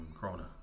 Corona